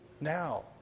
Now